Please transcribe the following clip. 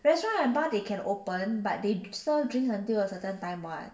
restaurant and bar they can open but they serve drinks until a certain time [what]